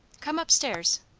come up-stairs.